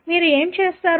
మీరు ఏమి చేస్తారు